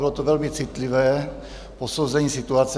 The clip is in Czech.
Bylo to velmi citlivé posouzení situace.